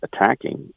attacking